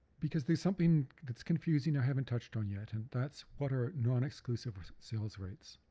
because there's something that's confusing haven't touched on yet and that's what are non-exclusive sales rights?